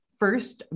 first